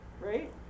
right